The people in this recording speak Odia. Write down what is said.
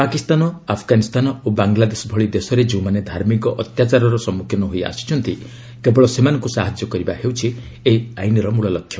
ପାକିସ୍ତାନ ଆଫଗାନିସ୍ତାନ ଓ ବାଙ୍ଗଲାଦେଶ ଭଳି ଦେଶରେ ଯେଉଁମାନେ ଧାର୍ମିକ ଅତ୍ୟାଚାରର ସମ୍ମୁଖୀନ ହୋଇ ଆସିଛନ୍ତି କେବଳ ସେମାନଙ୍କୁ ସାହାଯ୍ୟ କରିବା ହେଉଛି ଏହି ଆଇନ୍ର ମୂଳ ଲକ୍ଷ୍ୟ